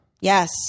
Yes